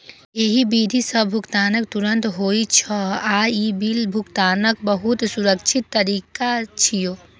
एहि विधि सं भुगतान तुरंत होइ छै आ ई बिल भुगतानक बहुत सुरक्षित तरीका छियै